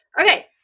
Okay